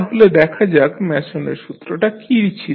তাহলে দেখা যাক ম্যাসনের সূত্রটা কী ছিল